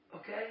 Okay